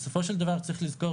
בסופו של דבר צריך לזכור